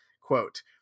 Quote